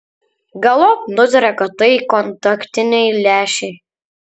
galop nutarė kad tai kontaktiniai lęšiai